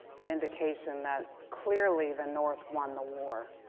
an indication that clearly the north won the war.